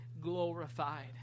glorified